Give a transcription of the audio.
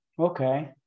Okay